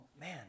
man